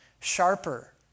sharper